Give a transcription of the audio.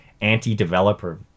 anti-developer